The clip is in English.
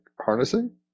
harnessing